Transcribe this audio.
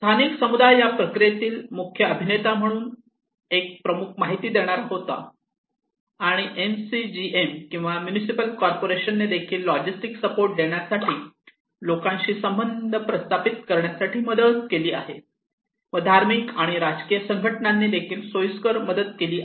स्थानिक समुदाय या प्रक्रियेतील मुख्य अभिनेता म्हणून एक प्रमुख माहिती देणारा होता आणि MCGM किंवा म्युनिसिपल कार्पोरेशन ने देखील लॉजिस्टिक सपोर्ट देण्यासाठी लोकांशी संबंध प्रस्थापित करण्यासाठी मदत केली आहे व धार्मिक आणि राजकीय संघटनानी देखील सोयीस्कर मदत केली आहे